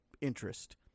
interest